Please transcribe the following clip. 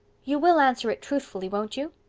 you will answer it truthfully, won't you?